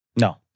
No